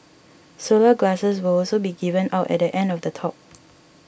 solar glasses will also be given out at the end of the talk